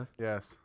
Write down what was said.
Yes